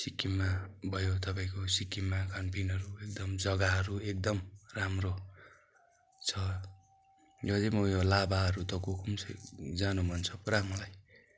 सिक्किममा भयो तपाईँको सिक्किममा खानपिनहरू एकदम जग्गाहरू एकदम राम्रो छ यो चाहिँ म यो लाभाहरू त गएको पनि छु जानु मन छ पुरा मलाई